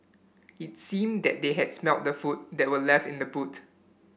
it seemed that they had smelt the food that were left in the boot